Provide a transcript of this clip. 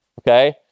okay